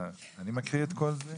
אני מקריא את כל זה?